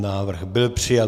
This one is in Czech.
Návrh byl přijat.